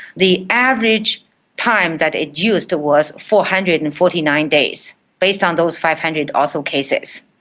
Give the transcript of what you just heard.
the average time that it used was four hundred and forty nine days based on those five hundred or so cases.